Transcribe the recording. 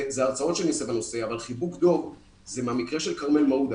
אלה הרצאות שאני נותן בנושא אבל חיבוק דב זה מהמקרה של כרמל מעודה.